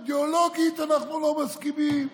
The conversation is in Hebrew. אידיאולוגית אנחנו לא מסכימים?